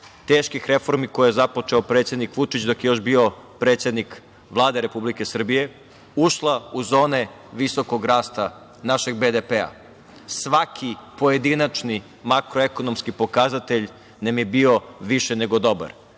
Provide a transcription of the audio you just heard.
teških reformi koje je započeo predsednik Vučić dok je još bio predsednik Vlade Republike Srbije, ušla u zone visokog rasta našeg BDP. Svaki pojedinačni makroekonomski pokazatelj nam je bio više nego dobar.